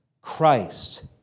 Christ